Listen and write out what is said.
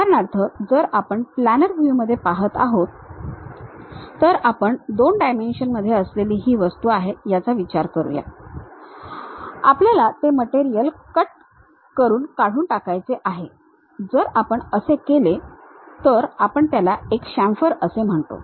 उदाहरणार्थ जर आपण प्लॅनर व्ह्यूमध्ये पाहत आहोत तर आपण 2 डायमेंशनमध्ये असलेली ही वस्तू आहे याचा विचार करू या आपल्याला ते मटेरियल कट करून काढून टाकायचे आहे जर आपण असे केले तर आपण त्याला एक शामफर असे म्हणतो